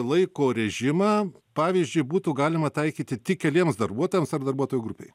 laiko režimą pavyzdžiui būtų galima taikyti tik keliems darbuotojams ar darbuotojų grupei